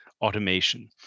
automation